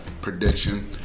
prediction